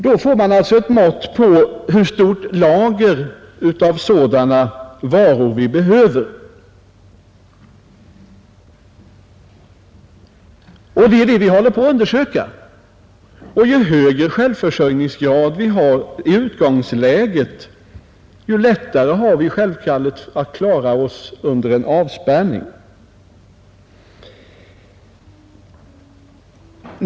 Då får man alltså ett mått på hur stort lager av sådana varor vi behöver. Det är detta vi håller på att undersöka. Ju högre självförsörjningsgrad vi har i utgångsläget, desto lättare har vi självfallet att klara oss under en avspärrning.